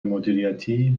مدیریتی